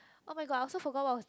oh-my-god I also forgot what was the